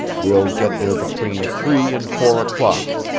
we'll get there between three and four o'clock.